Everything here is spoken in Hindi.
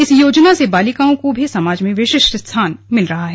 इस योजना से बालिकाओं को भी समाज में विशिष्ट स्थान मिला है